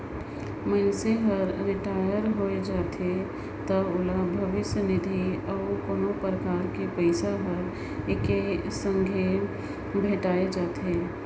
मइनसे हर रिटायर होय जाथे त ओला भविस्य निधि अउ कोनो परकार के पइसा हर एके संघे भेंठाय जाथे